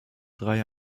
drei